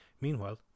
Meanwhile